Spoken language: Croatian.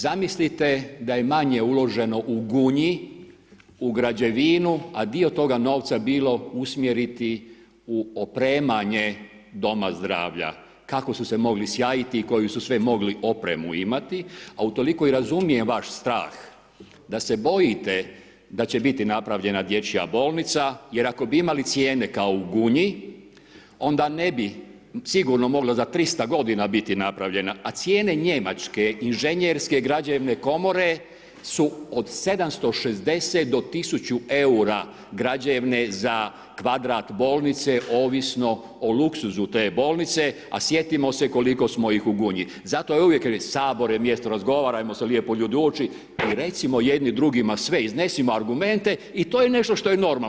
Zamislite da je manje uloženo u Gunji, u građevinu, a dio toga novca bilo usmjeriti u opremanje doma zdravlja, kako su se mogli sjajiti i koju su sve mogli opremu imate a utoliko i razumijem vaš strah da se bojite da će biti napravljana dječja bolnica, jer ako bi imali cijene kao u Gunji, onda ne bi sigurno moglo za 300 g. biti napravljen, a cijene njemačke inženjerske građevne komore, su od 760-1000 eura, građene za kvadrat bolnice ovisno o luksuzu te bolnice, a sjetimo se koliko smo ih u Gunji, zato je uvijek Sabor je mjesto, razgovarajmo se lijepo ljudi u oči i recimo jedni drugima sve, iznesimo argumente i to je nešto što je normalno.